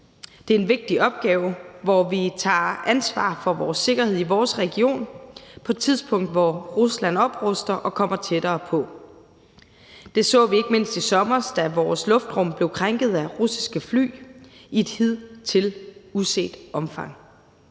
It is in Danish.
Det er en vigtig opgave, hvor vi tager ansvar for vores sikkerhed i vores region på et tidspunkt, hvor Rusland opruster og kommer tættere på. Det så vi ikke mindst i sommer, da vores luftrum blev krænket af russiske fly i et hidtil uset omfang.